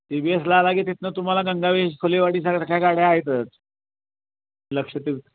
C B एसला आला की तिथून तुम्हाला गंगावेस फुलेवाडी सगळ्या त्या गाड्या आहेच लक्षात येईल